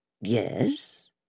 Yes